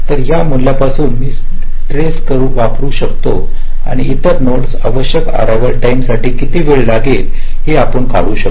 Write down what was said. तर त्या मूल्यापासून मी ट्रेस वापरू शकतो आणि इतर नोड्ससाठी आवश्यक अररिवाल साठी किती वेळ लागेल ते आपण काढू शकता